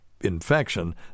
infection